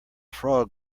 frog